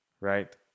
right